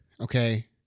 okay